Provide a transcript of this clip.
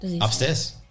Upstairs